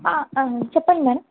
చెప్పండి మేడం